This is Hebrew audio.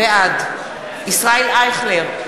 בעד ישראל אייכלר,